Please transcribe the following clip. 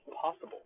possible